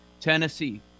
Tennessee